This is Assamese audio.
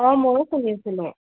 অঁ ময়ো শুনিছিলোঁ